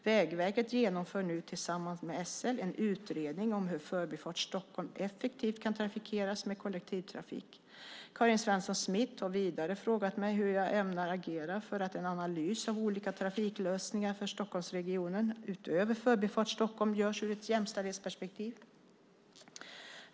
Vägverket genomför nu tillsammans med SL en utredning om hur Förbifart Stockholm effektivt kan trafikeras med kollektivtrafik. Karin Svensson Smith har vidare frågat mig hur jag ämnar agera för att en analys av olika trafiklösningar för Stockholmsregionen, utöver Förbifart Stockholm, görs ur ett jämställdhetsperspektiv.